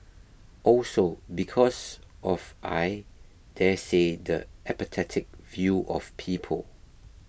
also because of I daresay the apathetic view of people